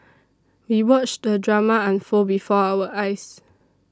we watched the drama unfold before our eyes